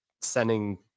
sending